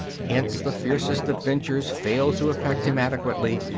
hence the fiercest adventures fail to affect him adequately,